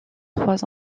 trois